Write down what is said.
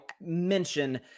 mention